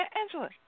Angela